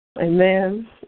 Amen